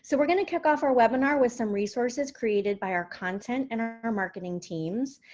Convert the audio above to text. so we're going to kick off our webinar with some resources created by our content and our our marketing teams,